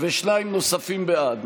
ושניים נוספים בעד.